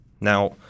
Now